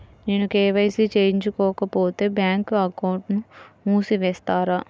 నేను కే.వై.సి చేయించుకోకపోతే బ్యాంక్ అకౌంట్ను మూసివేస్తారా?